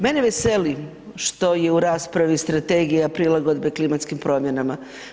Mene veseli što je u raspravi Strategija prilagodbe klimatskim promjenama.